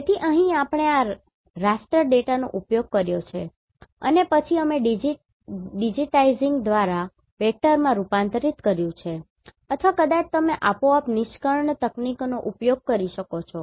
તેથી અહીં આપણે આ રાસ્ટર ડેટાનો ઉપયોગ કર્યો છે અને પછી અમે ડિજિટાઇઝિંગ દ્વારા વેક્ટરમાં રૂપાંતરિત કર્યું છે અથવા કદાચ તમે આપોઆપ નિષ્કર્ષણ તકનીકોનો ઉપયોગ કરી શકો છો